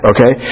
Okay